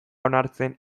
onartzen